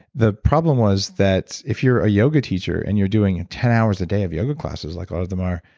the problem was that if you're a yoga teacher and you're doing it ten hours a day of yoga classes, like a lot of them are,